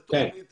אנחנו מפעילים